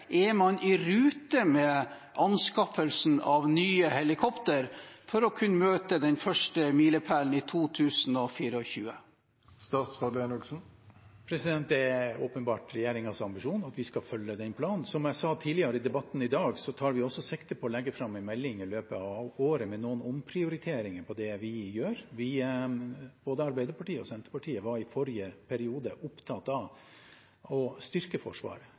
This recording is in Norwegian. Er man i rute med anskaffelsen av nye helikoptre for å kunne møte den første milepælen i 2024? Det er åpenbart regjeringens ambisjon at vi skal følge den planen. Som jeg sa tidligere i debatten i dag, tar vi også sikte på å legge fram en melding i løpet av året, med noen omprioriteringer i det vi gjør. Både Arbeiderpartiet og Senterpartiet var i forrige periode opptatt av å styrke Forsvaret.